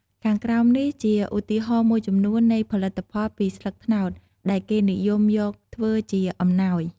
ខាងក្រោមនេះ ជាឧទាហរណ៍មួយចំនួននៃផលិតផលពីស្លឹកត្នោតដែលគេនិយមយកធ្វើជាអំណោយ។